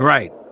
Right